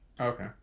Okay